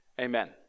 Amen